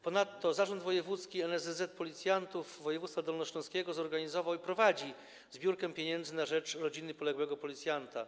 Ponadto Zarząd Wojewódzki NSZZ Policjantów województwa dolnośląskiego zorganizował i prowadzi zbiórkę pieniędzy na rzecz rodziny poległego policjanta.